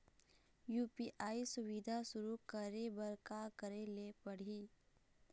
UPI सुविधा शुरू करे बर का करे ले पड़ही?